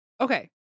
Okay